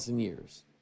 years